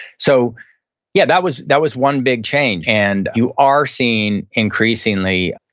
so yeah, that was that was one big change. and you are seeing increasingly,